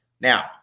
Now